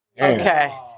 Okay